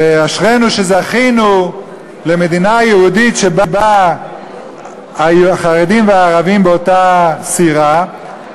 אשרינו שזכינו למדינה יהודית שבה החרדים והערבים באותה סירה,